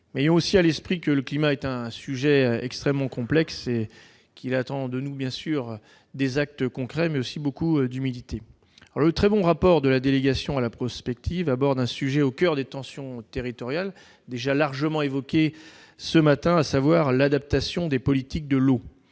Ayons aussi à l'esprit que le climat est un sujet extrêmement complexe, qui appelle de nous des actes concrets, mais aussi beaucoup d'humilité. Le très bon rapport d'information de la délégation sénatoriale à la prospective aborde un sujet au coeur des tensions territoriales, déjà largement évoqué ce matin, l'adaptation des politiques de l'eau,